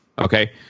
Okay